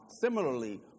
similarly